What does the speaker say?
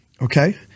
okay